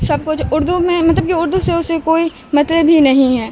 سب کچھ اردو میں مطلب کہ اردو سے اسے کوئی مطلب بھی نہیں ہے